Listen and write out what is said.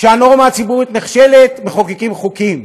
כשהנורמה הציבורית נכשלת, מחוקקים חוקים.